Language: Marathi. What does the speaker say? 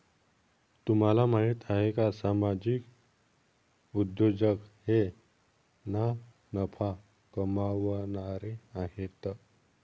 तुम्हाला माहिती आहे का सामाजिक उद्योजक हे ना नफा कमावणारे आहेत